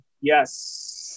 yes